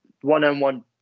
one-on-one